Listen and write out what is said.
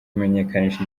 kumenyekanisha